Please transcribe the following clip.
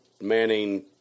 Manning